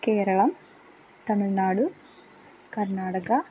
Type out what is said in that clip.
Keralam Tamil Nadu Karnataka